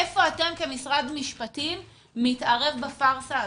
איפה אתם כמשרד משפטים מתערבים בפארסה הזאת?